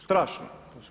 Strašno.